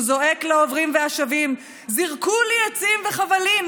הוא זועק לעוברים והשבים: זרקו לי עצים וחבלים,